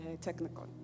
technical